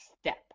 step